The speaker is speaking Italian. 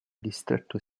distretto